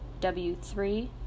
W3